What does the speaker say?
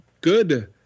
good